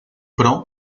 pro